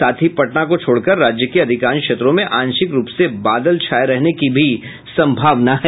साथ ही पटना को छोड़कर राज्य के अधिकांश क्षेत्रों में आंशिक रूप से बादल छाये रहने की संभावना है